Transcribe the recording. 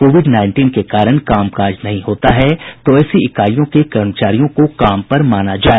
Covid nineteen के कारण कामकाज नहीं होता है तो ऐसी इकाइयों के कर्मचारियों को काम पर माना जाए